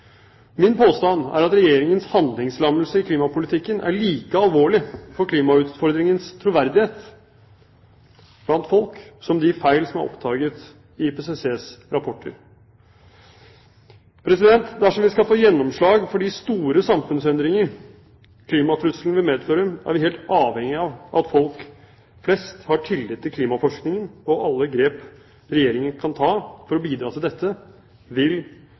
Min påstand er at Regjeringens handlingslammelse i klimapolitikken er like alvorlig for klimautfordringens troverdighet blant folk som de feil som er oppdaget i IPCCs rapporter. Dersom vi skal få gjennomslag for de store samfunnsendringer klimatrusselen vil medføre, er vi helt avhengig av at folk flest har tillit til klimaforskningen, og alle grep Regjeringen kan ta for å bidra til dette, vil